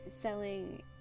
selling